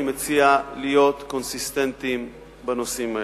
אני מציע להיות קונסיסטנטיים בנושאים האלה.